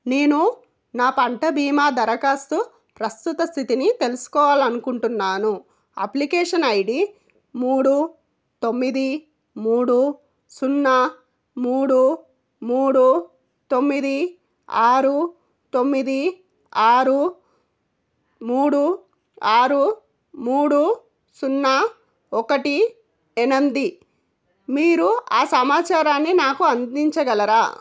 నేను నా పంట బీమా దరఖాస్తు ప్రస్తుత స్థితిని తెలుసుకోవాలనుకుంటున్నాను అప్లికేషన్ ఐడి మూడు తొమ్మిది మూడు సున్నా మూడు మూడు తొమ్మిది ఆరు తొమ్మిది ఆరు మూడు ఆరు మూడు సున్నా ఒకటి ఎనిమిది మీరు ఆ సమాచారాన్ని నాకు అందించగలరా